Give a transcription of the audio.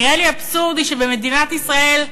נראה לי אבסורדי שבמדינת ישראל,